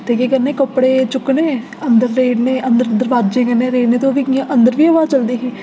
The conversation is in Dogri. ते केह् करने कपड़े चुक्कने अंदर रेड़ने अंदर दरोआजे कन्नै रेड़ने ते ओह् कि'यां अंदर बी हवा चलदी ही